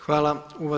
Hvala.